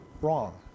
wrong